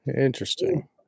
Interesting